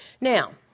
Now